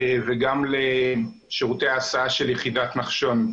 וגם לשירותי ההסעה של יחידת נחשון.